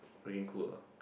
freaking cool lah